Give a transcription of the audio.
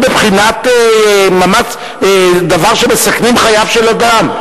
אלא בבחינת דבר שמסכנים חייו של אדם.